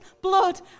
blood